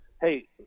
hey